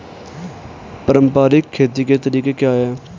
पारंपरिक खेती के तरीके क्या हैं?